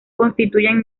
constituyen